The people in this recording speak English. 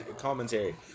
commentary